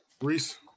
Reese